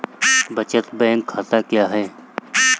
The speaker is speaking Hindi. बचत बैंक खाता क्या है?